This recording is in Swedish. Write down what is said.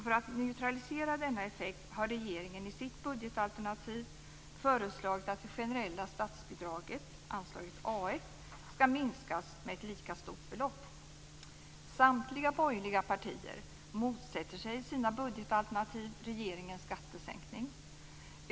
För att neutralisera denna effekt har regeringen i sitt budgetalternativ föreslagit att det generella statsbidraget - anslaget A1 - ska minskas med ett lika stort belopp. Samtliga borgerliga partier motsätter sig i sina budgetalternativ regeringens skattesänkning.